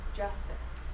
justice